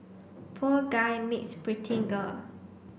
poor guy meets pretty girl